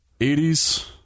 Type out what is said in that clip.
80s